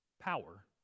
power